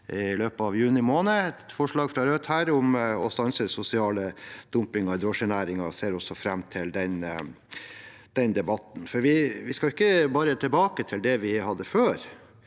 i løpet av juni måned, et forslag fra Rødt om å stanse den sosiale dumpingen i drosjenæringen. Jeg ser også fram til den debatten. Vi skal ikke bare tilbake til det vi hadde før.